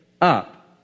up